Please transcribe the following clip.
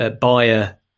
buyer